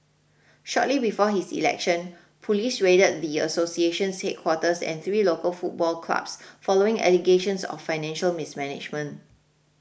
shortly before his election police raided the association's headquarters and three local football clubs following allegations of financial mismanagement